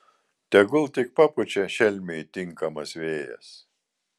tegul tik papučia šelmiui tinkamas vėjas